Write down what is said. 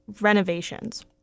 renovations